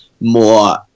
more